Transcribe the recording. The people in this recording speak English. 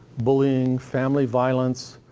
bullying, family violence,